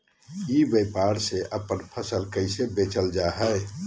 ई व्यापार से अपन फसल कैसे बेचल जा हाय?